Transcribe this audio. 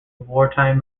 wartime